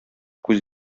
күз